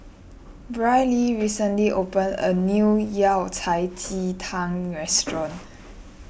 Brylee recently opened a new Yao Cai Ji Tang restaurant